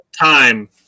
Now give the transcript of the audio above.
time